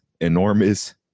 enormous